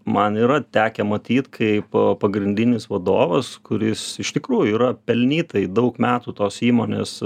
man yra tekę matyt kaip pagrindinis vadovas kuris iš tikrųjų yra pelnytai daug metų tos įmonės